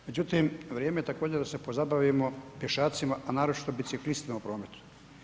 Međutim, vrijeme je također da se pozabavimo pješacima, a naročito biciklistima u prometu.